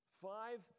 Five